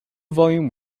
volume